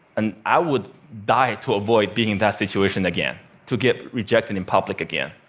and i would die to avoid being in that situation again to get rejected in public again.